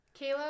Kayla